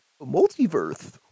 Multiverse